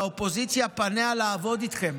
פניה של האופוזיציה לעבוד איתכם.